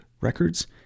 records